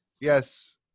yes